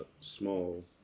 small